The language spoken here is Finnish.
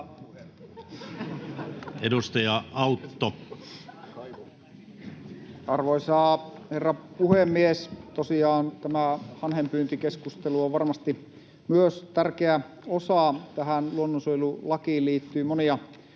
Content: Arvoisa herra puhemies! Tosiaan myös tämä hanhenpyyntikeskustelu on varmasti tärkeä osa. Tähän luonnonsuojelulakiin liittyy monia tärkeitä